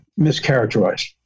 mischaracterized